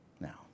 Now